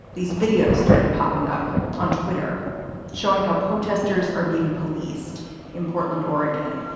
these videos started popping up on twitter showing how protesters are being policed in portland, oregon.